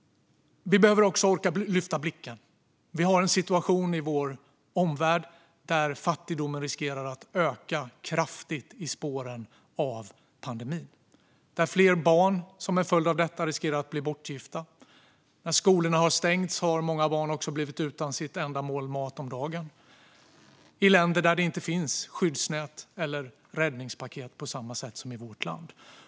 Vi behöver också orka lyfta blicken. Vi har en situation i vår omvärld där fattigdomen riskerar att öka kraftigt i spåren av pandemin och där fler barn som en följd av detta riskerar att bli bortgifta. När skolorna har stängts har många barn också blivit utan sitt enda mål mat om dagen i länder där det inte finns skyddsnät eller räddningspaket på samma sätt som i vårt land.